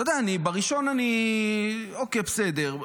אתה יודע, בראשון אני, אוקיי, בסדר.